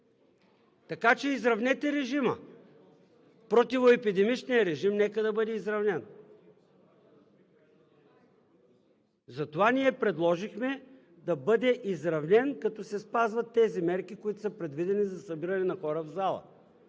Така че изравнете режима – противоепидемичният режим нека да бъде изравнен! Затова ние предложихме да бъде изравнен, като се спазват мерките, които са предвидени за събиране на хора в зала.